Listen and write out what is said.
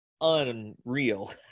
unreal